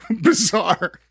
bizarre